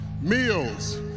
Meals